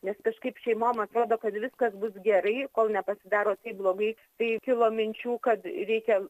nes kažkaip šeimom atrodo kad viskas bus gerai kol nepasidaro taip blogai tai kilo minčių kad reikia